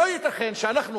לא ייתכן שאנחנו